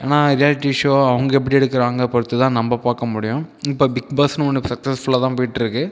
ஆனால் reality show அவங்க எப்படி எடுக்கிறாங்க பொறுத்துதான் நம்ம பார்க்க முடியும் இப்போ பிக்பாஸ்னு ஒன்று சக்ஸஸ்ஃபுல்லாக தான் போய்ட்டு இருக்கு